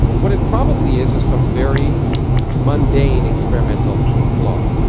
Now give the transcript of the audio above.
what it probably is is some very mundane experimental flaw.